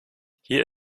hier